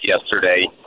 yesterday